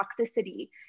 toxicity